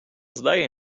zdaje